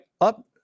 up